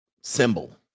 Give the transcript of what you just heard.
symbol